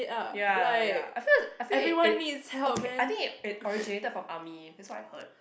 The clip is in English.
ya ya I feel I feel it it okay I think it it originated from army that's what I heard